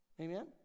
Amen